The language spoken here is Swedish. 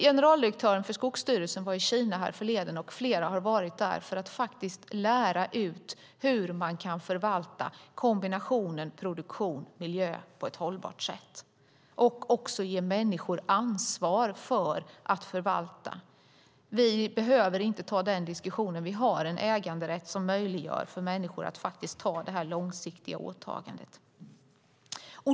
Generaldirektören för Skogsstyrelsen var i Kina härförleden, och flera har varit där för att lära ut hur man kan förvalta kombinationen produktion och miljö på ett hållbart sätt och också ge människor ansvar för att förvalta. Vi behöver inte ta den diskussionen, för vi har en äganderätt som möjliggör för människor att göra detta långsiktiga åtagande.